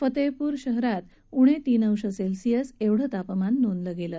फतेहपूर शहरात उणे तीन अंश सेल्सियस एवढं तापमान नोंदलं गेलं